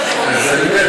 אז אני אומר,